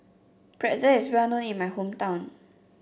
pretzel is well known in my hometown